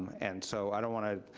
and so i don't want to,